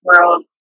world